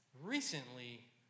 recently